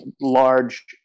large